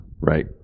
right